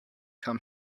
come